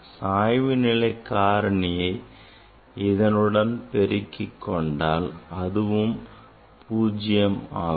எனவே சாய்வுநிலை காரணியை இதனுடன் பெருக்கிக் கொண்டால் அதுவும் பூஜ்யம் ஆகும்